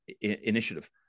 initiative